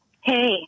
Hey